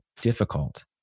difficult